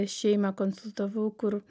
šeimą konsultavau kur